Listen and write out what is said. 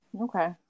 Okay